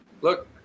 look